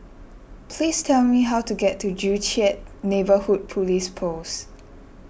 please tell me how to get to Joo Chiat Neighbourhood Police Post